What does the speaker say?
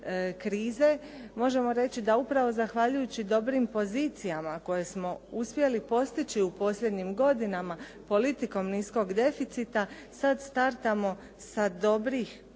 krize možemo reći da upravo zahvaljujući dobrim pozicijama koje smo uspjeli postići u posljednjim godinama politikom niskog deficita sad startamo sa dobrih